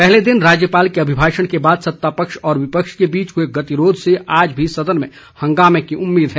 पहले दिन राज्यपाल के अभिभाषण के बाद सत्ता पक्ष और विपक्ष के बीच हुए गतिरोध से आज भी सदन में हंगामे की उम्मीद है